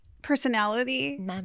personality